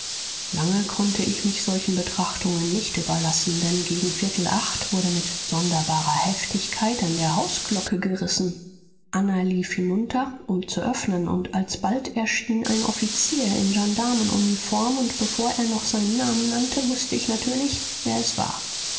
lange konnte ich mich solchen betrachtungen nicht überlassen denn gegen viertel acht wurde mit sonderbarer heftigkeit an der hausglocke gerissen anna lief hinunter um zu öffnen und alsbald erschien ein offizier in gendarmenuniform und bevor er noch seinen namen nannte wußte ich natürlich wer es war